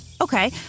Okay